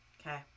Okay